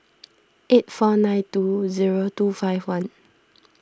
eight four nine two zero two five one